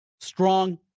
strong